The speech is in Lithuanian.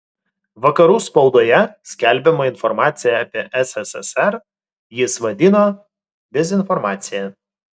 vakarų spaudoje skelbiamą informaciją apie sssr jis vadino dezinformacija